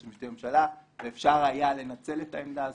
המשפטי לממשלה ואפשר היה לנצל את העמדה הזו.